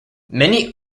many